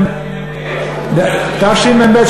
בתשמ"ב.